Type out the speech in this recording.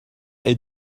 est